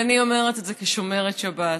ואני אומרת את זה כשומרת שבת,